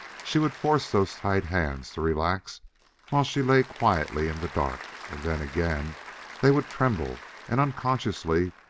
she would force those tight hands to relax while she lay quietly in the dark then again they would tremble, and, unconsciously,